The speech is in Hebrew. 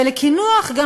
ולקינוח גם